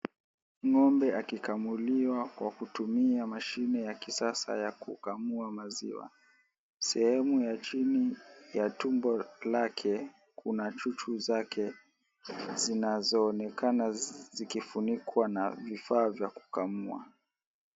Ng'ombe akikamuliwa kwa kutumia mashine ya kisasa ya kukamua maziwa. Sehemu ya chini ya tumbo lake kuna chuchu zake zinazoonekana zikifunikwa na vifaa za kukamua.